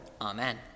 Amen